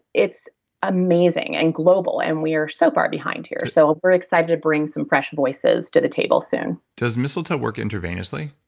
it's amazing and global and we are so far behind here, so we're excited to bring some fresh voices to the table soon does mistletoe work intravenously?